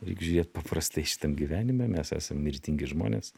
reik žiūrėt paprastai šitam gyvenime mes esam mirtingi žmonės